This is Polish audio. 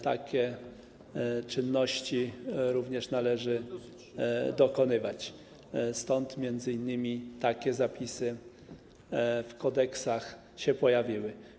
Takich czynności również należy dokonywać, stąd m.in. takie zapisy w kodeksach się pojawiły.